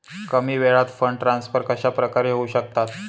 कमी वेळात fund transfer कशाप्रकारे होऊ शकतात?